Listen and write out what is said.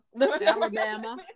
Alabama